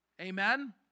Amen